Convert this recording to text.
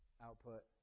output